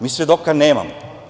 Mi svedoka nemamo.